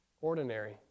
ordinary